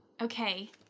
okay